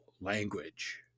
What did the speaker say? language